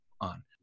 on